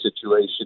situation